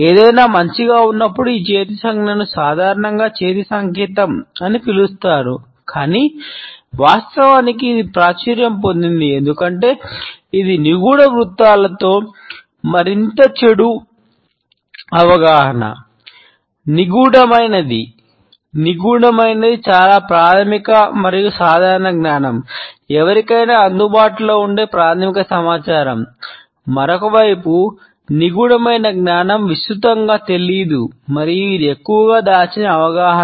ఏదైనా మంచిగా ఉన్నప్పుడు ఈ చేతి సంజ్ఞను సాధారణంగా చేతి సంకేతం అని పిలుస్తారు కానీ వాస్తవానికి ఇది ప్రాచుర్యం పొందింది ఎందుకంటే ఇది నిగూడ వృత్తాలలో మరింత చెడు అవగాహన